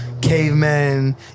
cavemen